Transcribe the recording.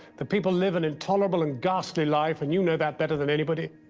the people live an intolerable and ghastly life and you know that better than anybody.